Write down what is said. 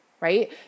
right